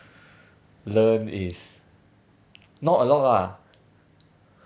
learn is not a lot lah